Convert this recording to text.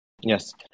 Yes